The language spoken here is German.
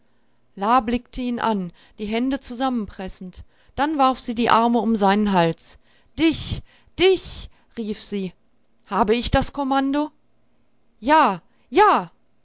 blickte ihn an die hände zusammenpressend dann warf sie die arme um seinen hals dich dich rief sie habe ich das kommando ja ja